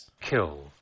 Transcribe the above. kill